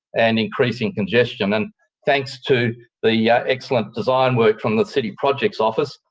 and increasing congestion. and thanks to the yeah excellent design work from the city projects office,